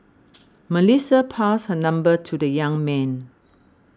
Melissa passed her number to the young man